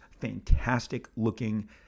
fantastic-looking